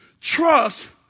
trust